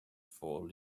four